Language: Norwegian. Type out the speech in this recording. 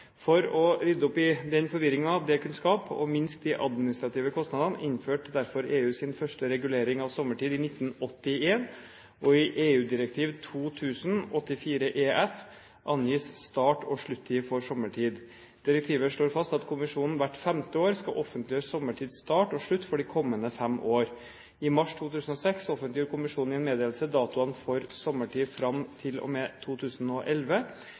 For å rydde opp i den forvirringen dette kunne skape, og minske de administrative kostnadene innførte derfor EU sin første regulering av sommertid i 1981. I EU-direktiv 2000/84/EF angis start og slutt for sommertid. Direktivet slår fast at kommisjonen hvert femte år skal offentliggjøre sommertids start og slutt for de kommende fem år. I mars 2006 offentliggjorde kommisjonen i en meddelelse datoene for sommertid fram til og med 2011.